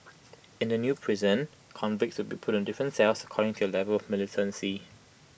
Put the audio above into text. in the new prison convicts will be put in different cells according to their level of militancy